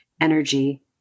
energy